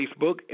Facebook